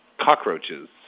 Cockroaches